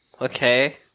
okay